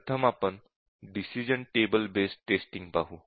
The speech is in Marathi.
प्रथम आपण decision table based testing technique पाहू